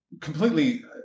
Completely